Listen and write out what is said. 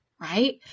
right